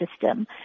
system